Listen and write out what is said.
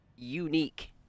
unique